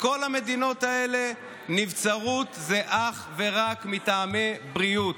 בכל המדינות האלה נבצרות היא אך ורק מטעמי בריאות.